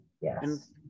Yes